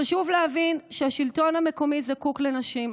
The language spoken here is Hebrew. חשוב להבין שהשלטון המקומי זקוק לנשים.